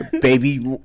Baby